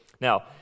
Now